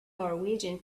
norwegian